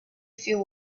few